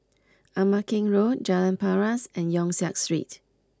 Ama Keng Road Jalan Paras and Yong Siak Street